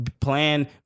plan